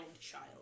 child